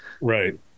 right